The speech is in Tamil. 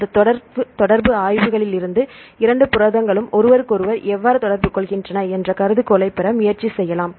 இந்த தொடர்பு ஆய்வுகளிலிருந்து இரண்டு புரதங்களும் ஒருவருக்கொருவர் எவ்வாறு தொடர்பு கொள்கின்றன என்ற கருதுகோளைப் பெற முயற்சி செய்யலாம்